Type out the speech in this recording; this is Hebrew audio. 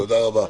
תודה רבה.